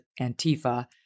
Antifa